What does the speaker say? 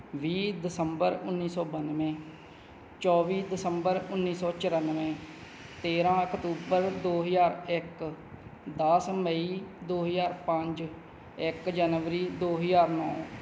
ਵੀਹ ਦਸੰਬਰ ਉੱਨੀ ਸੌ ਬਾਨ੍ਹਵੇਂ ਚੌਵੀ ਦਸੰਬਰ ਉੱਨੀ ਸੌ ਚੁਰਾਨਵੇਂ ਤੇਰ੍ਹਾਂ ਅਕਤੂਬਰ ਦੋ ਹਜ਼ਾਰ ਇੱਕ ਦਸ ਮਈ ਦੋ ਹਜ਼ਾਰ ਪੰਜ ਇੱਕ ਜਨਵਰੀ ਦੋ ਹਜ਼ਾਰ ਨੌਂ